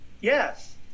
yes